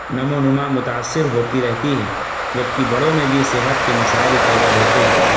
نمو نما متأثر ہوتی رہتی ہے جبکہ بڑوں میں بھی صحت کے مسائل پیدا ہوتے ہیں